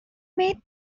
may